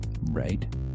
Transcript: Right